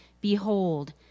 Behold